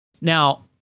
Now